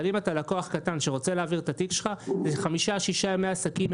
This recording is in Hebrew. אם אתה לקוח קטן שרוצה להעביר את התיק שלך זה חמישה-שישה ימי עסקים.